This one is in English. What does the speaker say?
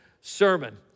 sermon